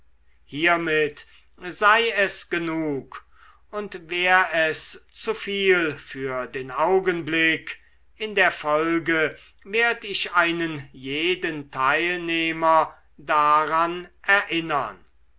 hiermit sei es genug und wär es zu viel für den augenblick in der folge werd ich einen jeden teilnehmer daran erinnern